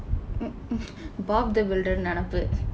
mm mm bob the builder நினைப்பு:ninaippu